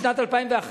בשנת 2011,